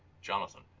Jonathan